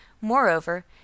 moreover